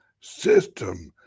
system